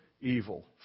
evil